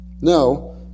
No